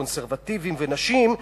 קונסרבטיבים ונשים,